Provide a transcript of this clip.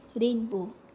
rainbow